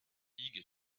eager